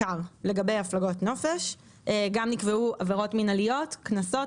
נקבעו גם עבירות מינהליות של קנסות,